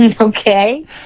Okay